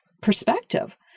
perspective